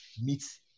meets